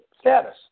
status